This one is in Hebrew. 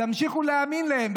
תמשיכו להאמין להם.